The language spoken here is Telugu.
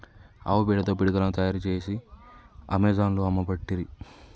ఆవు పేడతో పిడికలను తాయారు చేసి అమెజాన్లో అమ్మబట్టిరి